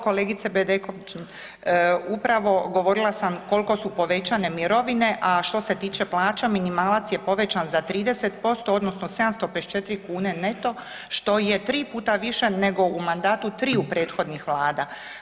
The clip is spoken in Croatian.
Kolegice Bedeković, upravo govorila sam kolko su povećane mirovine, a što se tiče plaća, minimalac je povećan za 30% odnosno 754 kune neto, što je 3 puta više nego u mandatu triju prethodnih vlada.